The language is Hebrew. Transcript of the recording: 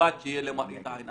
מכובד שהיא תהיה למראית עין.